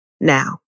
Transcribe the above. Now